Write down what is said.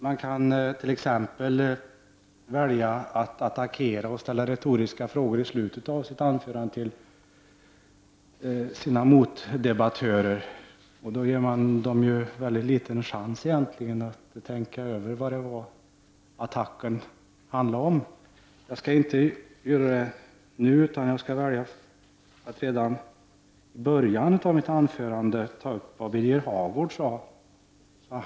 Man kan t.ex. välja att attackera och ställa retoriska frågor till sina motdebattörer i slutet av sitt anförande. Man ger dem då mycket liten chans att tänka över vad attacken handlade om. Jag skall inte göra på det sättet nu. Jag väljer att redan i början av mitt anförande ta upp det som Birger Hagård sade.